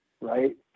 right